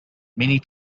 many